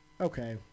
Okay